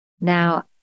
Now